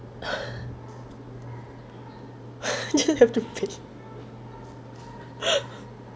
didn't have to pay